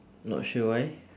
not sure why